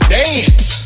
dance